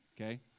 okay